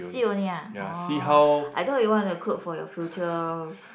see only ah orh I thought you want to cook for your future